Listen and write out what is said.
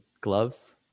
gloves